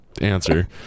answer